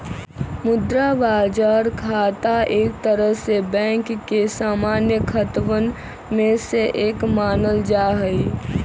मुद्रा बाजार खाता एक तरह से बैंक के सामान्य खतवन में से एक मानल जाहई